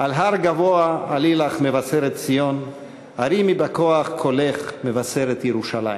"על הר גבֹה עלי לך מבשרת ציון הרימי בכּח קולך מבשרת ירושלם".